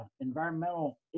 environmental